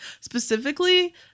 specifically